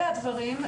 אלה הדברים,